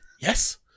Yes